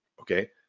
okay